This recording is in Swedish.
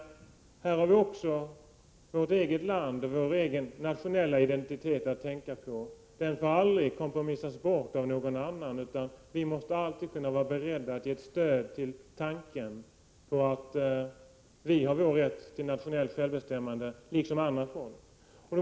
Här har vi också vårt eget land och vår egen nationella identitet att tänka på. Den får aldrig kompromissas bort av någon annan, utan vi måste alltid vara beredda att ge stöd åt tanken att andra folk liksom vi har rätt till nationellt självbestämmande.